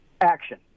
action